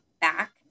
back